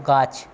গাছ